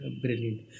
brilliant